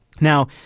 Now